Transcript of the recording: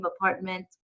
apartment